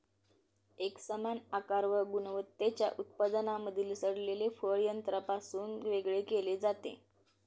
एकसमान आकार व गुणवत्तेच्या उत्पादनांमधील सडलेले फळ यंत्रापासून वेगळे केले जाते